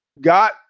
got